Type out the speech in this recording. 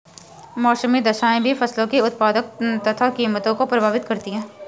मौसमी दशाएं भी फसलों की उत्पादकता तथा कीमतों को प्रभावित करती है